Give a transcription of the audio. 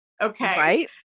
Okay